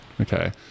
okay